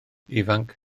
ifanc